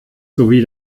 sowie